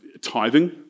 tithing